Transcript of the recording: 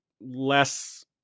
less